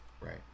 Right